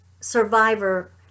survivor